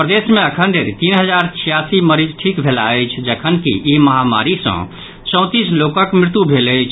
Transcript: प्रदेश मे अखन धरि तीन हजार छियासी मरीज ठीक भेलाह अछि जखनकि ई महामारी सँ चौंतीस लोकक मृत्यु भेल अछि